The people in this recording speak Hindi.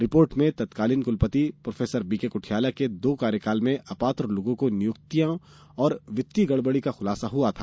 रिपोर्ट में तत्कालीन कुलपति प्रो बीके कुठियाला के दो कार्यकाल में अपात्र लोगों की नियुक्तियों और वित्तीय गड़बड़ी का खुलासा हुआ था